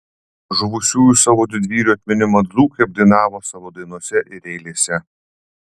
žuvusiųjų savo didvyrių atminimą dzūkai apdainavo savo dainose ir eilėse